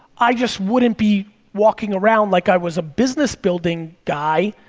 i just wouldn't be walking around like i was a business building guy,